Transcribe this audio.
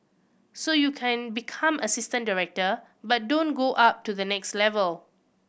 so you can become assistant director but don't go up to the next level